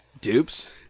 Dupes